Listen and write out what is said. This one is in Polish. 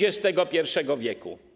XXI w.